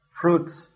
fruits